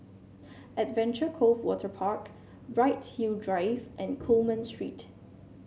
Adventure Cove Waterpark Bright Hill Drive and Coleman Street